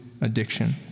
addiction